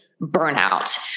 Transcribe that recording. burnout